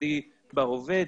חרדי בהווה,